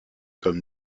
comme